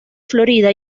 florida